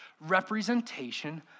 representation